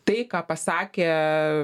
tai ką pasakė